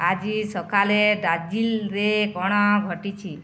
ଆଜି ସକାଳେ ଦାର୍ଜିଲିଂରେ କ'ଣ ଘଟିଛି